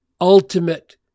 ultimate